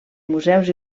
museus